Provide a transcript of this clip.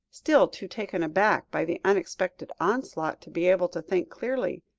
still too taken aback by the unexpected onslaught, to be able to think clearly.